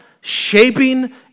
shaping